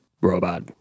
robot